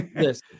Yes